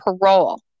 parole